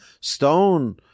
stone